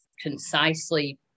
concisely